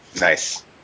Nice